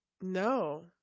No